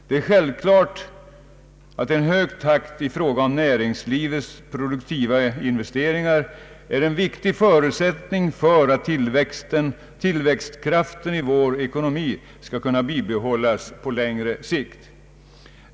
Det är självklart att en hög takt i fråga om näringslivets produktiva investeringar är en viktig förutsättning för att tillväxttakten i vår ekonomi skall kunna bibehållas på längre sikt.